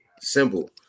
Simple